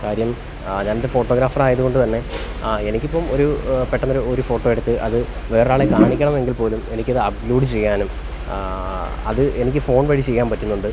കാര്യം ഞാനൊരു ഫോട്ടോഗ്രാഫർ ആയതുകൊണ്ടുതന്നെ ആ എനിക്കിപ്പം ഒരു പെട്ടെന്നൊരു ഒരു ഫോട്ടോ എടുത്ത് അത് വേറൊരാളെ കാണിക്കണമെങ്കിൽപ്പോലും എനിക്കത് അപ്ലോഡ് ചെയ്യാനും അത് എനിക്ക് ഫോൺ വഴി ചെയ്യാൻ പറ്റുന്നുണ്ട്